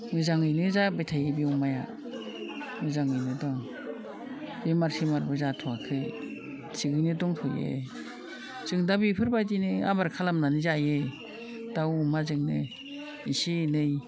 मोजाङैनो जाबाय थायो बे अमाया मोजाङैनो दं बेमार सेमारबो जाथ'वाखै थिगैनो दंथ'यो जों दा बेफोरबायदिनो आबाद खालामनानै जायो दाउ अमाजोंनो एसे एनै